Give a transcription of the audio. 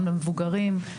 גם למבוגרים,